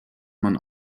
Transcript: man